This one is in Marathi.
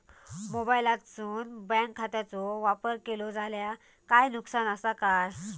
मोबाईलातसून बँक खात्याचो वापर केलो जाल्या काय नुकसान असा काय?